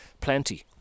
Plenty